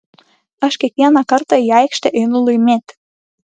aš kiekvieną kartą į aikštę einu laimėti